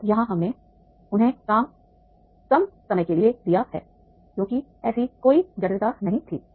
अब यहाँ हमने उन्हें कम समय दिया है क्योंकि ऐसी कोई जटिलता नहीं थी